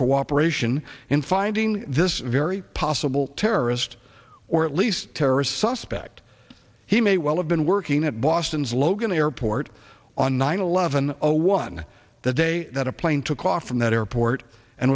cooperation in finding this very possible terrorist or at least terrorist suspect he may well have been working at boston's logan airport on nine eleven zero one that day that a plane took off from that airport